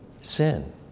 sin